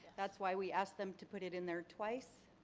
that's why we ask them to put it in there twice.